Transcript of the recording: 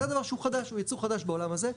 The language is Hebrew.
זה הדבר שהוא חדש, הוא יצור חדש בעולם הזה.